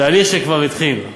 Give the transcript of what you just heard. תהליך שכבר התחיל.